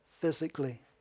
physically